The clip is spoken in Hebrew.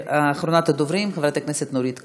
אחרונת הדוברים, חברת הכנסת נורית קורן.